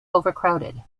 overcrowded